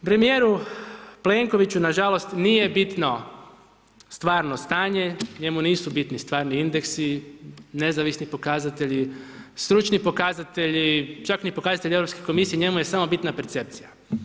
Premijeru Plenkoviću nažalost, nije bitno stvarno stanje, njemu nisu bitni stvarni indeksi, nezavisni pokazatelji, stručni pokazatelji, čak ni pokazatelji Europske komisije, njemu je samo bitna percepcija.